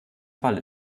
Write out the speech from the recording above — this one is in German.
fall